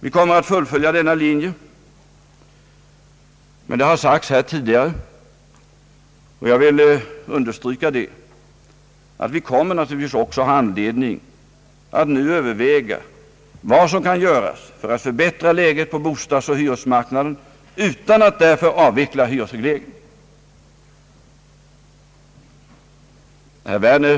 Vi kommer att fullfölja denna linje, men det finns också — som sagts här tidigare och som jag vill understryka — anledning att nu överväga vad som kan göras för att förbättra läget på bostadsoch hyresmarknaden utan att därför avveckla hyresregleringen.